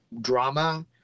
drama